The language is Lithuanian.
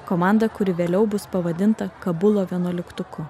komanda kuri vėliau bus pavadinta kabulo vienuoliktuku